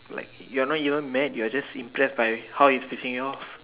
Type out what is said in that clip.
like you're not even mad you're just impressed by how he's pissing you off